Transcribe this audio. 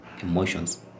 emotions